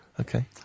Okay